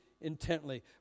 intently